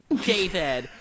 David